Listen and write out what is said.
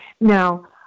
Now